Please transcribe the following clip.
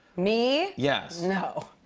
me? yes. no.